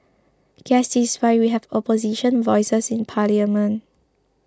guess this is why we have opposition voices in parliament